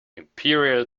imperial